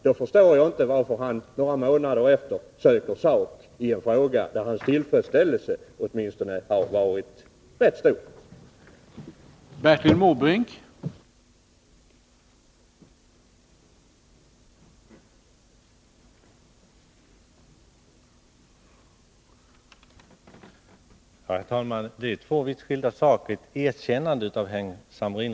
Då förstår jag inte varför han några månader senare vill söka sak i en fråga där hans tillfredsställelse åtminstone tidigare varit rätt stor.